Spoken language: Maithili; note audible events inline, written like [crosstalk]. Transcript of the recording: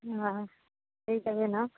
हँ [unintelligible] ने